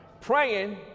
praying